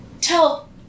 Tell